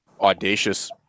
audacious